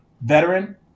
veteran